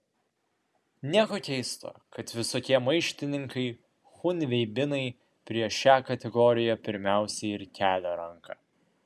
nieko keisto kad visokie maištininkai chunveibinai prieš šią kategoriją pirmiausia ir kelia ranką